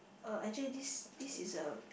uh actually this this is a